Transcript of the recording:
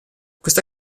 questa